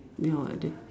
your the